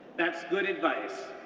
that's good advice,